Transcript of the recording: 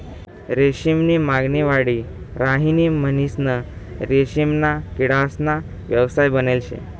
रेशीम नी मागणी वाढी राहिनी म्हणीसन रेशीमना किडासना व्यवसाय बनेल शे